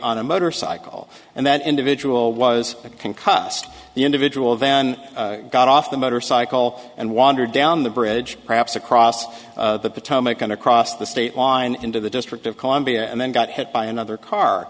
on a motorcycle and that individual was concussed the individual then got off the motorcycle and wandered down the bridge perhaps across the potomac and across the state line into the district of columbia and then got hit by another car